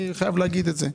אני חייב להגיד את זה.